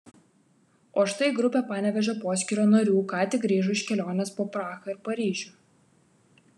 o štai grupė panevėžio poskyrio narių ką tik grįžo iš kelionės po prahą ir paryžių